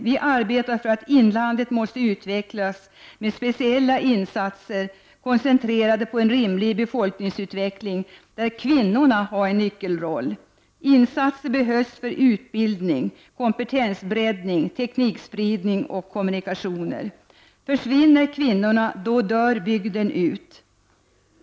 Vi arbetar för att inlandet måste utvecklas med speciella insatser, koncentrerade på en rimlig befolkningsutveckling, där kvinnorna har en nyckelroll. Insatser behövs för utbildning, kompetensbreddning, teknikspridning och kommunikationer. Försvinner kvinnorna dör bygden ut.